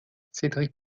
cédric